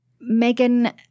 Megan